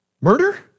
Murder